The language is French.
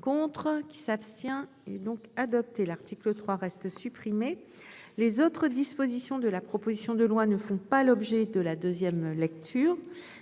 Contre qui s'abstient et donc adopté l'article 3 reste supprimer les autres dispositions de la proposition de loi ne font pas l'objet de la deuxième lecture.